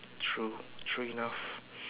true true enough